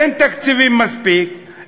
אין מספיק תקציבים,